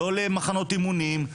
לא למחנות אמונים,